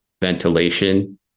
ventilation